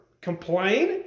complain